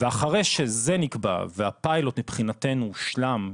ואחרי שזה נקבע והפיילוט מבחינתנו הושלם,